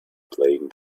playing